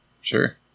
Sure